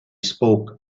spoke